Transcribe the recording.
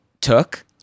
took